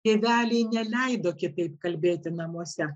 tėveliai neleido kitaip kalbėti namuose